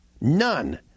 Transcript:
none